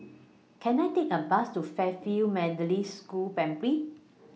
Can I Take A Bus to Fairfield Methodist School Primary